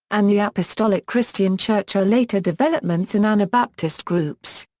and the apostolic christian church are later developments in anabaptist groups.